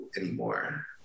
anymore